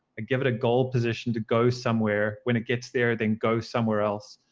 give it a goal position to go somewhere. when it gets there, then go somewhere else.